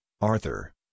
Arthur